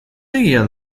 egia